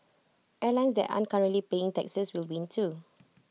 airlines that aren't currently paying taxes will win too